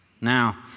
Now